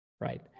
right